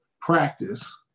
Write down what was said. practice